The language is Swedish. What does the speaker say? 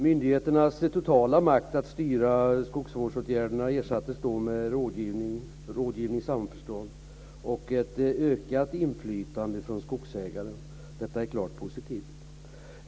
Myndigheternas totala makt att styra skogsvårdsåtgärderna ersattes med rådgivning och samförstånd och ett ökat inflytande för skogsägaren. Detta är klart positivt.